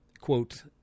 quote